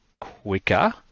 quicker